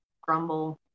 grumble